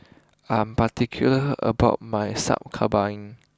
I'm particular about my Sup Kambing